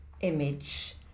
image